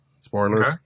Spoilers